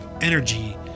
energy